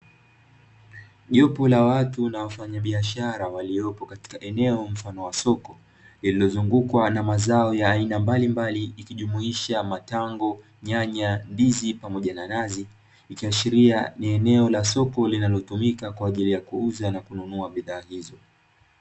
Jopo la watu na wafanyabiashara waliopo katika eneo mfano wa soko, lililozungukwa na mazao ya aina mbalimbali, ikijumuisha matango, nyanya, ndizi pamoja na nazi, ikiashiria ni eneo la soko linalotumika kwa ajili ya kuuza na kununua bidhaa hizo.